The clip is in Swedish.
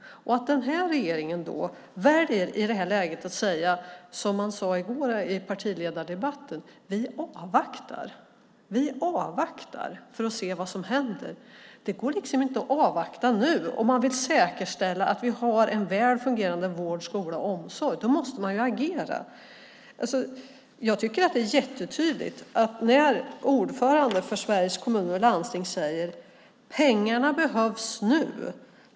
Den här regeringen väljer i det läget att säga som man sade i går i partiledardebatten: Vi avvaktar. Vi avvaktar för att se vad som händer. Det går inte att avvakta nu om man vill säkerställa att vi har en väl fungerande vård, skola och omsorg. Då måste man agera. Jag tycker att det är jättetydligt. Ordföranden för Sveriges Kommuner och Landsting säger: Pengarna behövs nu.